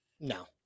No